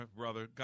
brother